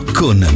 con